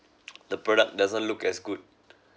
the product doesn't look as good